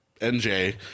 NJ